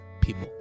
people